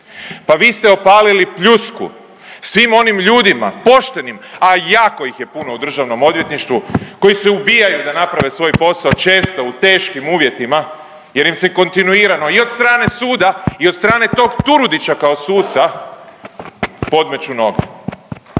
Pa vi ste opalili pljusku svim onim ljudima poštenim, a jako ih je puno u Državnom odvjetništvu koji se ubijaju da naprave svoj posao često u teškim uvjetima jer im se kontinuirano i od strane suda i od strane tog Turudića kao suca podmeću nogu,